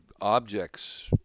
objects